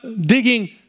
digging